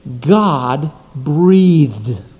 God-breathed